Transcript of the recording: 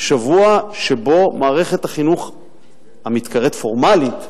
שבוע שבו מערכת החינוך המתקראת "פורמלית"